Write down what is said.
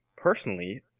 Personally